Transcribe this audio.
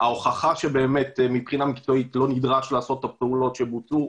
ההוכחה שבאמת מבחינה מקצועית לא נדרש לעשות את הפעולות שנעשו.